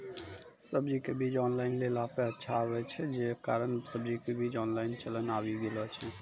सब्जी के बीज ऑनलाइन लेला पे अच्छा आवे छै, जे कारण सब्जी के बीज ऑनलाइन चलन आवी गेलौ छै?